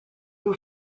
who